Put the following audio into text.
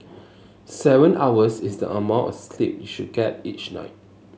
seven hours is the amount of sleep you should get each night